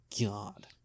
god